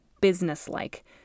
businesslike